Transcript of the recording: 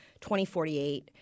2048